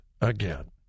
again